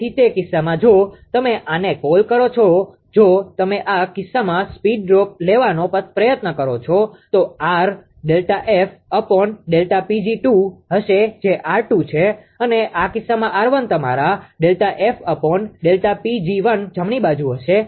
તેથી તે કિસ્સામાં જો તમે આને કોલ કરો છો જો તમે આ કિસ્સામાં સ્પીડ ડ્રોપ લેવાનો પ્રયત્ન કરો છો તો આર Δ𝐹Δ 𝑃𝑔2 હશે જે 𝑅2 છે અને આ કિસ્સામાં 𝑅1 તમારા Δ𝐹Δ 𝑃𝑔1 જમણી બાજુ હશે